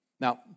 Now